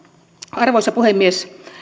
arvoisa puhemies